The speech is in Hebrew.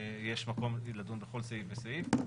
יש מקום לדון בכל סעיף וסעיף,